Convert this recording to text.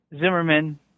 Zimmerman